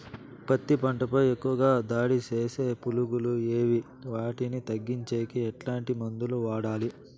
పత్తి పంట పై ఎక్కువగా దాడి సేసే పులుగులు ఏవి వాటిని తగ్గించేకి ఎట్లాంటి మందులు వాడాలి?